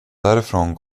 därifrån